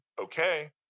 okay